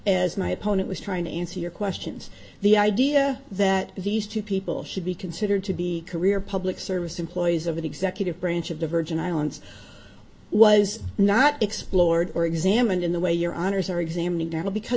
as my opponent was trying to answer your questions the idea that these two people should be considered to be career public service employees of an executive branch of the virgin islands was not explored or examined in the way your honors are examin